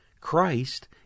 Christ